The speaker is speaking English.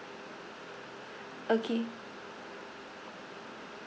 okay